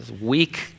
Weak